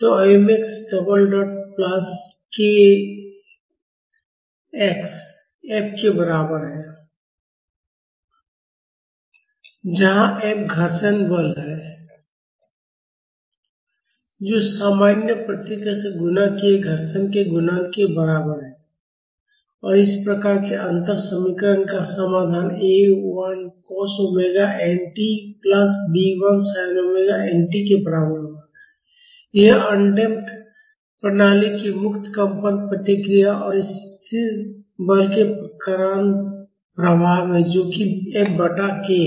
तो mx double dot plus kx F के बराबर है जहाँ F घर्षण बल है जो सामान्य प्रतिक्रिया से गुणा किए गए घर्षण के गुणांक के बराबर है और इस प्रकार के अंतर समीकरण का समाधान A 1 cos omega n tcosωnt plus B 1 sin omega n t के बराबर होगा यह अनडम्प्ड प्रणाली की मुक्त कंपन प्रतिक्रिया और इस स्थिर बल के कारण प्रभाव है जो कि F बटा k है